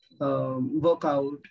workout